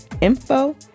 info